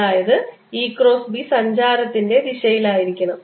അതായത് E cross B സഞ്ചാരത്തിന്റെ ദിശയിലായിരിക്കണം